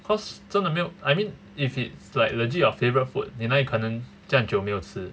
cause 真的没有 I mean if it's like legit your favourite food 你那里可能这样久没有吃